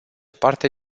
parte